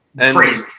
crazy